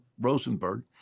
Rosenberg